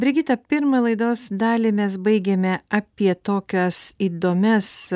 brigita pirmą laidos dalį mes baigėme apie tokias įdomias